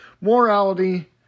morality